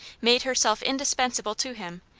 made herself indispensable to him,